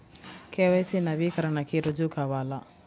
KYC నవీకరణకి రుజువు కావాలా?